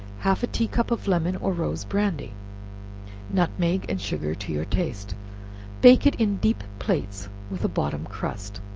half a tea-cup of lemon or rose brandy nutmeg and sugar to your taste bake it in deep plates, with a bottom crust.